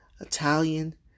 Italian